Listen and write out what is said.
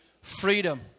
freedom